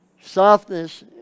Softness